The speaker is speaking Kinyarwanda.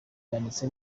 yanditse